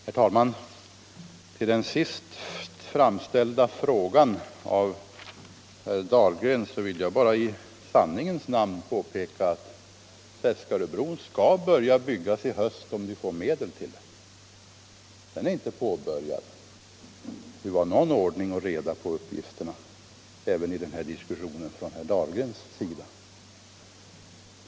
Herr talman! Beträffande den sist framställda frågan av herr Dahlgren vill jag bara i sanningens namn påpeka att Seskaröbron skall börja byggas i höst om vi får medel till den. Den är inte påbörjad. Det måste ju vara någon ordning och reda på uppgifterna i den här diskussionen även från herr Dahlgrens sida.